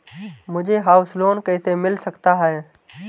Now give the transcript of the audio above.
मुझे house loan कैसे मिल सकता है?